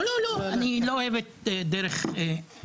לא לא, אני פשוט לא אוהב את דרך הניהול.